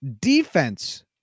defense